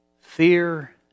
fear